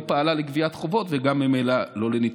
פעלה לגביית חובות וממילא גם לא לניתוקים.